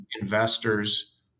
investors